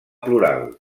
plural